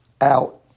out